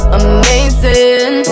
amazing